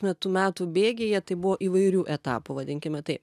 metu metų bėgyje tai buvo įvairių etapų vadinkime taip